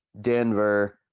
Denver